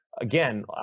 again